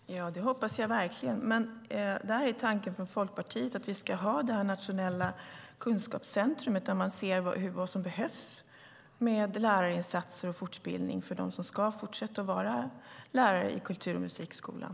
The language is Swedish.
Herr talman! Det hoppas jag verkligen. Där är tanken från Folkpartiet att vi ska ha ett nationellt kunskapscentrum, där man ser vad som behövs i fråga om lärarinsatser och fortbildning för dem som ska fortsätta att vara lärare i musik och kulturskolan.